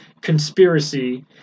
conspiracy